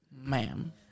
Ma'am